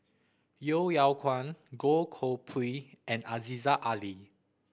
Yeo Yeow Kwang Goh Koh Pui and Aziza Ali